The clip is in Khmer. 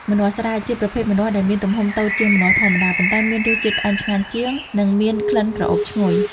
ម្នាស់ស្រែ ជាប្រភេទម្នាស់ដែលមានទំហំតូចជាងម្នាស់ធម្មតា ប៉ុន្តែមានរសជាតិផ្អែមឆ្ងាញ់ជាង និងមានក្លិនក្រអូបឈ្ងុយ។